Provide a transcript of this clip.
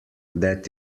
that